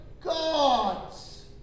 gods